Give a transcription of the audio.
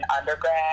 undergrad